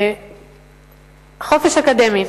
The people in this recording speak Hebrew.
חופש אקדמי.